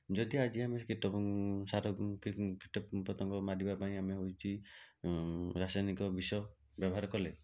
ଯଦି ଆଜି ଆମେ କୀଟ ସାର କୀଟପତଙ୍ଗ ମାରିବା ପାଇଁ ଆମେ ହେଉଛି ରାସାୟନିକ ବିଷ ବ୍ୟବହାର କଲେ